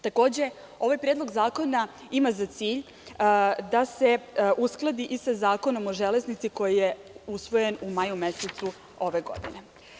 Takođe, ovaj predlog zakona ima za cilj da se uskladi i sa Zakonom o železnici, koji je usvojen u maju mesecu ove godine.